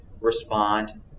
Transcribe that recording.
respond